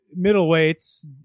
middleweights